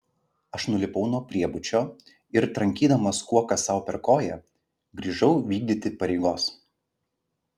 aš nulipau nuo priebučio ir trankydamas kuoka sau per koją grįžau vykdyti pareigos